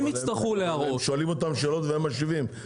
הם שואלים אותם שאלות והם משיבים.